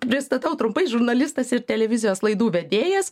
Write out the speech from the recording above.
pristatau trumpai žurnalistas ir televizijos laidų vedėjas